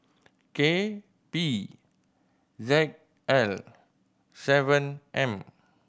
K P Z L seven M